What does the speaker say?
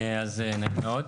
אז נעים מאוד.